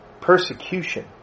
Persecution